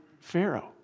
Pharaoh